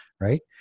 Right